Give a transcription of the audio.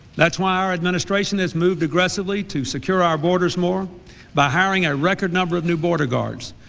that's why our administration has moved aggressively to secure our borders more by hiring a record number of new border guards,